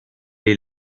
est